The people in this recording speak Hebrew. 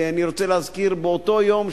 אני רוצה להזכיר שבאותו יום,